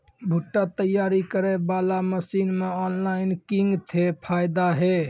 भुट्टा तैयारी करें बाला मसीन मे ऑनलाइन किंग थे फायदा हे?